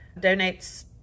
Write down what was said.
donates